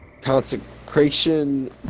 Consecration